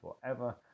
forever